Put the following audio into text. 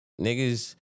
niggas